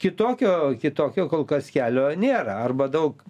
kitokio kitokio kol kas kelio nėra arba daug